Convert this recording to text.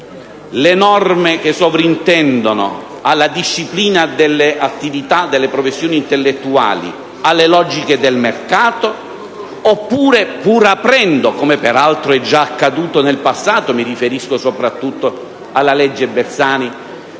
le norme che sovrintendono alla disciplina delle attività delle professioni intellettuali alle logiche del mercato, oppure, pur aprendo - come peraltro è già accaduto nel passato (mi riferisco soprattutto alla legge Bersani)